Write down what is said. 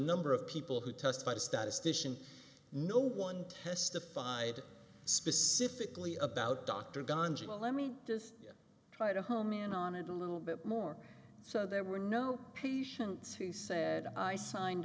number of people who testified statistician no one testified specifically about dr dungy well let me just try to home in on it a little bit more so there were no patients he said i signed